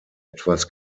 etwas